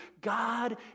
God